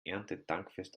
erntedankfest